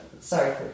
sorry